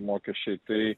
mokesčiai tai